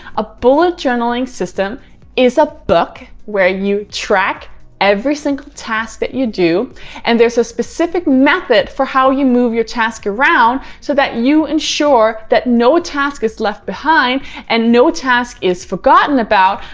a bullet journaling system is a book where you track every single task that you do and there's a specific method for how you move your task around so that you ensure that no task is left behind and no task is forgotten about,